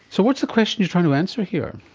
so what's the question you're trying to answer here?